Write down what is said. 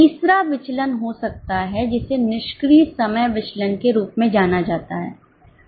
तीसरा विचलन हो सकता है जिसे निष्क्रिय समय विचलन के रूप में जाना जाता है